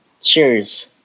Cheers